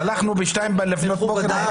הלכנו בשתיים לפנות בוקר לשופט.